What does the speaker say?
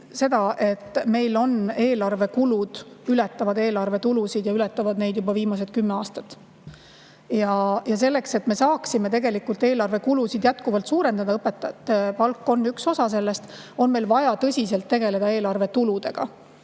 seda, et meil eelarve kulud ületavad eelarve tulusid, ja ületavad neid juba viimased kümme aastat. Selleks, et me saaksime tegelikult eelarve kulusid jätkuvalt suurendada – õpetajate palk on üks osa sellest –, on meil vaja tõsiselt tegeleda eelarve tuludega.